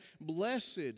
Blessed